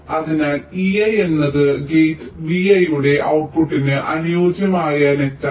അതിനാൽ ei എന്നത് gate vi യുടെ ഔട്ട്പുട്ട്ട്ടിന് അനുയോജ്യമായ വലയാണ്